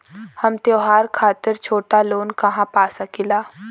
हम त्योहार खातिर छोटा लोन कहा पा सकिला?